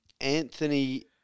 Anthony